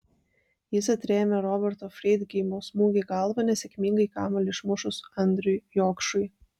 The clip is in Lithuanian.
jis atrėmė roberto freidgeimo smūgį galva nesėkmingai kamuolį išmušus andriui jokšui